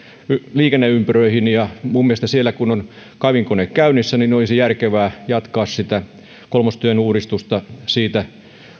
liikenneympyröihin ja kun siellä on kaivinkone käynnissä niin minun mielestäni olisi järkevää jatkaa kolmostien uudistusta siitä